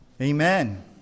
Amen